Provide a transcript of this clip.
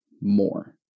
more